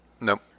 Nope